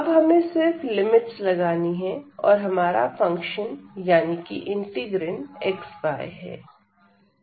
अब हमें सिर्फ लिमिट्स लगानी है और हमारा फंक्शन यानी कि इंटीग्रैंड xy है